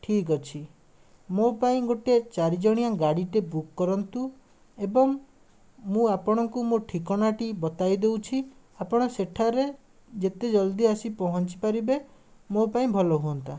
ଠିକ୍ ଅଛି ମୋ ପାଇଁ ଗୋଟେ ଚାରିଜଣିଆ ଗାଡ଼ିଟେ ବୁକ୍ କରନ୍ତୁ ଏବଂ ମୁଁ ଆପଣଙ୍କୁ ମୋ ଠିକଣାଟି ବତାଇ ଦେଉଛି ଆପଣ ସେଠାରେ ଯେତେ ଜଲଦି ଆସି ପହଞ୍ଚିପାରିବେ ମୋ ପାଇଁ ଭଲ ହୁଅନ୍ତା